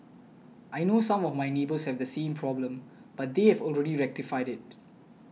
I know some of my neighbours have the same problem but they have already rectified it